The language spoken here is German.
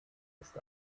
ist